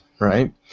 right